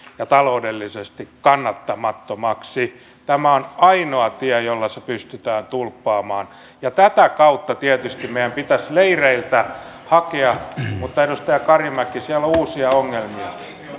ja taloudellisesti kannattamattomaksi tämä on ainoa tie jolla se pystytään tulppaamaan ja tätä kautta tietysti meidän pitäisi leireiltä hakea mutta edustaja karimäki siellä on uusia ongelmia